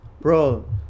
Bro